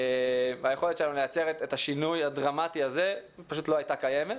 והיכולת שלנו לייצר את השינוי הדרמטי הזה לא הייתה קיימת.